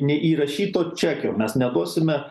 neįrašyto čekio mes neduosime